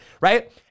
right